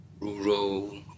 rural